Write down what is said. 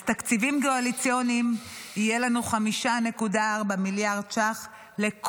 אז תקציבים קואליציוניים יהיה לנו 5.4 מיליארד שקל.